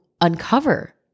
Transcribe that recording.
uncover